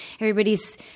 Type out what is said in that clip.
everybody's